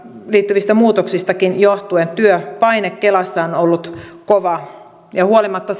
liittyvistä muutoksistakin johtuen työpaine kelassa on ollut kova ja huolimatta